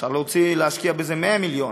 אפשר להשקיע בזה 100 מיליון,